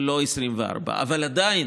ולא 24. אבל עדיין